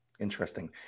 Interesting